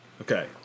Okay